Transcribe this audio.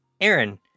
Aaron